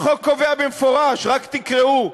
החוק קובע במפורש, רק תקראו: